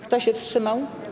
Kto się wstrzymał?